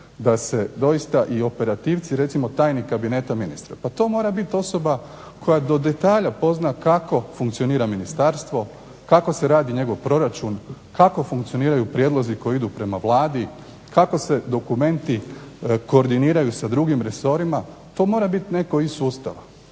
da se doista i operativci, recimo tajnik Kabineta ministra, pa to mora biti osoba koja do detalja pozna kako funkcionira ministarstvo, kako se radi njegov proračun, kako funkcioniraju prijedlozi koji idu prema Vladi, kako se dokumenti koordiniraju sa drugim resorima. To mora biti netko iz sustava.